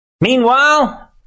Meanwhile